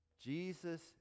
Jesus